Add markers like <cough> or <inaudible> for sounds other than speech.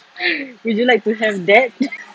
<laughs> would you like to have that